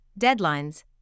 deadlines